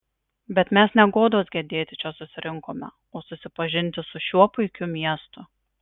bet mes ne godos gedėti čia susirinkome o susipažinti su šiuo puikiu miestu